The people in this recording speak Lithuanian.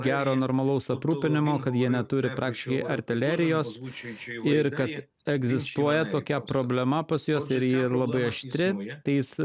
gero normalaus aprūpinimo kad jie neturi praktiškai artilerijos ir kad egzistuoja tokia problema pas juos ir ji labai aštri tai jis